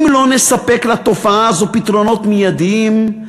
אם לא נספק לתופעה הזו פתרונות מיידיים,